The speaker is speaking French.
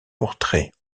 portraits